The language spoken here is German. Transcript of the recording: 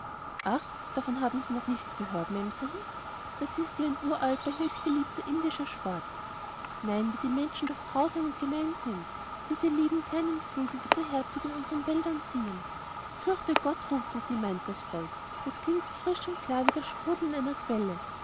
ach davon haben sie noch nichts gehört memsahib das ist ja ein uralter höchst beliebter indischer sport nein wie die menschen doch grausam und gemein sind diese lieben kleinen vögel die so herzig in unseren wäldern singen fürchte gott rufen sie meint das volk das klingt so frisch und klar wie das sprudeln einer quelle